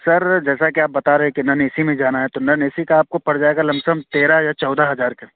سر جیسا کہ آپ بتا رہے تھے کہ نان اے سی میں جانا ہے تو نان اے سی کا آپ کو پڑ جائے گا آپ کو لم سم تیرہ یا چودہ ہزار کا